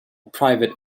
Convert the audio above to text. private